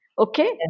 Okay